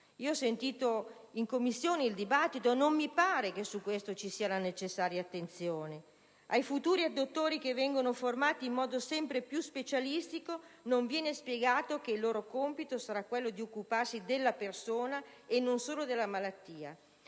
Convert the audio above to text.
il dibattito in Commissione, ma non mi pare che su questo ci sia la necessaria attenzione. Ai futuri dottori, formati in modo sempre più specialistico, non viene spiegato che il loro compito sarà quello di occuparsi della persona e non solo della malattia: